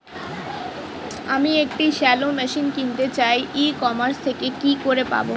আমি একটি shallow machine কিনতে চাই ই কমার্স থেকে কি করে পাবো?